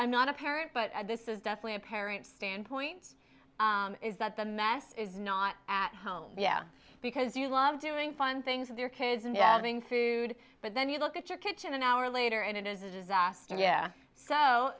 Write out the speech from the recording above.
i'm not a parent but this is definitely a parent standpoints is that the mess is not at home yeah because you love doing fun things with their kids and food but then you look at your kitchen an hour later and it is a disaster yeah so